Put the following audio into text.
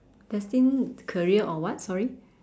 destined career or what sorry